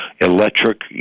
electric